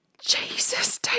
Jesus